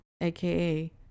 aka